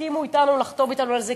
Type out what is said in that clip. תסכימו לחתום אתנו על זה,